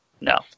No